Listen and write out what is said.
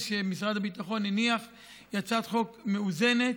שמשרד הביטחון הניח היא הצעת חוק מאוזנת,